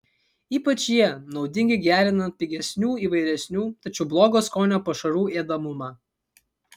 ypač jie naudingi gerinant pigesnių įvairesnių tačiau blogo skonio pašarų ėdamumą